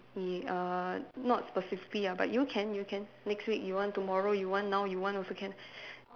y~ uh not specifically ah but you can you can next week you want tomorrow you want now you want also can